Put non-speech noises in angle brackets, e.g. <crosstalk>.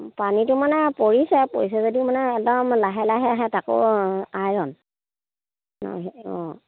পানীটো মানে পৰিছে আৰু পৰিছে যদিও মানে একদম লাহে লাহে আহে তাকো আইৰণ <unintelligible> অঁ